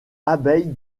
abeille